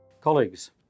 Colleagues